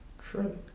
True